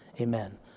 amen